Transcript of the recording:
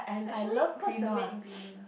actually what is the main ingredient